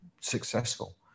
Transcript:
successful